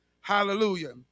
Hallelujah